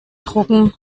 drucken